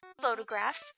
photographs